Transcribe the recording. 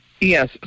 Yes